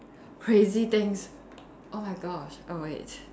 crazy things oh my gosh oh wait